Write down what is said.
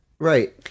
Right